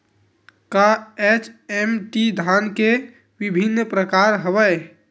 का एच.एम.टी धान के विभिन्र प्रकार हवय?